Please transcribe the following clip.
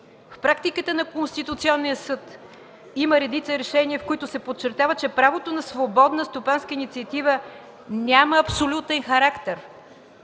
В практиката на Конституционния съд има редица решения, в които се подчертава, че правото на свободна стопанска инициатива няма абсолютен характер.